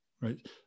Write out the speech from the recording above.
Right